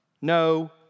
No